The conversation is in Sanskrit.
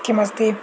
किमस्ति